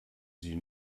sie